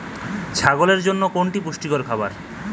ছাগলের জন্য কোনটি পুষ্টিকর খাবার?